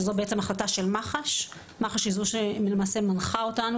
זאת בעצם החלטה של מח"ש שמנחה אותנו